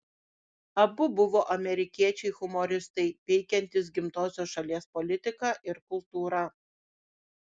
abu buvo amerikiečiai humoristai peikiantys gimtosios šalies politiką ir kultūrą